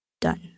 done